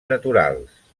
naturals